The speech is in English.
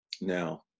Now